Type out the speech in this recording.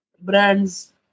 brands